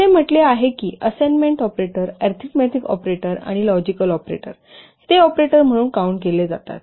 असे म्हटले आहे की असाईनमेंट ऑपरेटर अरीथमॅटिक ऑपरेटर आणि लॉजिकल ऑपरेटर ते ऑपरेटर म्हणून काउंट केले जातात